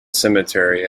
cemetery